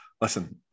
listen